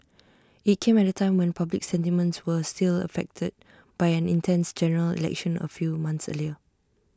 IT came at A time when public sentiments were still affected by an intense General Election A few months earlier